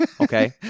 Okay